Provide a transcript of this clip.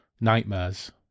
nightmares